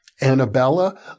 Annabella